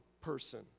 person